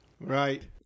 Right